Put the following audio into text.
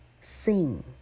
sing